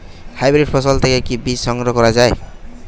Hybrid ফসল থেকে কি বীজ সংগ্রহ করা য়ায়?